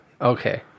Okay